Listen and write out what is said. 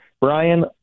Brian